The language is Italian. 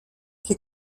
che